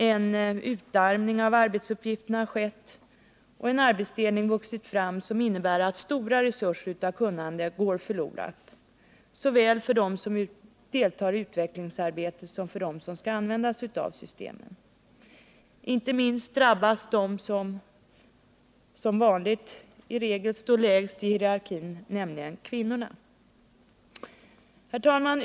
En utarmning av arbetsuppgifterna har skett, och en arbetsdelning har vuxit fram, som innebär att stora resurser av kunnande går förlorade såväl för dem som deltar i utvecklingsarbetet som för dem som skall använda sig av systemen. Inte minst drabbas de som — som vanligt — står lägst i hierarkin, nämligen kvinnorna. Herr talman!